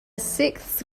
sixth